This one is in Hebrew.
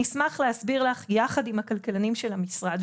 אשמח להסביר לך יחד עם הכלכלנים של המשרד,